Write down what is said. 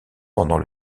pendant